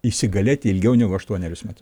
įsigalėti ilgiau negu aštuonerius metus